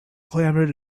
clamored